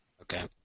Okay